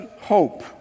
hope